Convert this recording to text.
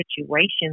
situations